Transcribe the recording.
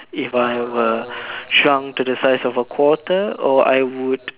if I were shrunk to the size of a quarter or I would